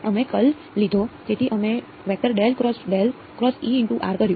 અમે કર્લ લીધો તેથી અમે કર્યું